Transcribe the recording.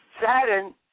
Saturn